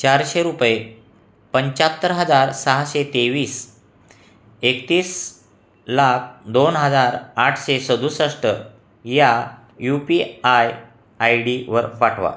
चारशे रुपये पंच्याहत्तर हजार सहाशे तेवीस एकतीस लाख दोन हजार आठशे सदुसष्ट या U P I I D वर पाठवा